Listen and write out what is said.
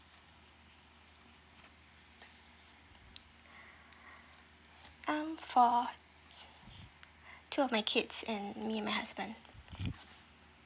um for two of my kids and me and my husband